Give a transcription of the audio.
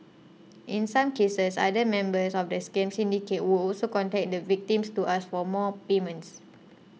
in some cases other members of the scam syndicate would also contact the victims to ask for more payments